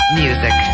music